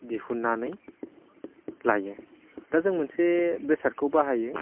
दिहुननानै लायो दा जों मोनसे बेसादखौ बाहायो